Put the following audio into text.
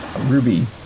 Ruby